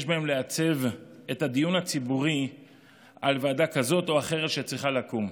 יש בהם לעצב את הדיון הציבורי על ועדה זו או אחרת שצריכה לקום.